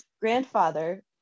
grandfather